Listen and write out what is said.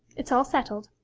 it's all settled.